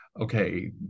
Okay